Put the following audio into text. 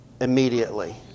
immediately